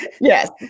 Yes